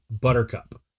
Buttercup